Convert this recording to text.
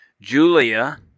julia